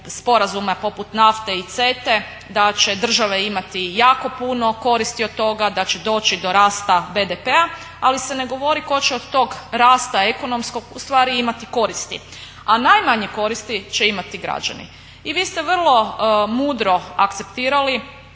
sporazuma poput NAFTA-e i CETA-e da će država imati jako puno koristi od toga, da će doći do rasta BDP-a ali se ne govori tko će od tog rasta ekonomskog ustavi imati koristi. A najmanje koristi će imati građani. I vi ste vrlo mudro akceptirali